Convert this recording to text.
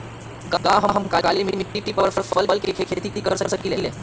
का हम काली मिट्टी पर फल के खेती कर सकिले?